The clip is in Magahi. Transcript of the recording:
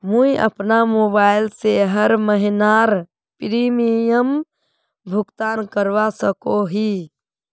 मुई अपना मोबाईल से हर महीनार प्रीमियम भुगतान करवा सकोहो ही?